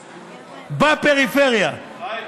בפריפריה, חיים,